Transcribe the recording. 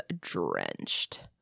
drenched